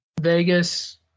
Vegas